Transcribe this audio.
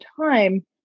time